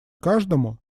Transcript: каждому